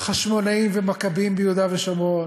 חשמונאים ומכבים ביהודה ושומרון,